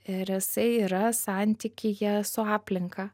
ir jisai yra santykyje su aplinka